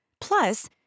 Plus